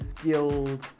skilled